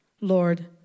Lord